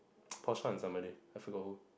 Porsche and somebody I forgot who